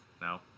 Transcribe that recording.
No